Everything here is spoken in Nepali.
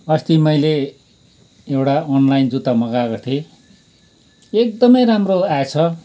अस्ति मैले एउटा अनलाइन जुत्ता मगाएको थिएँ एकदमै राम्रो आएछ